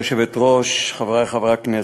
כבוד היושבת-ראש, חברי חברי הכנסת,